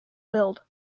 build